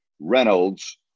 Reynolds